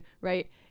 right